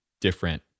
different